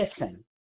listen